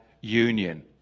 union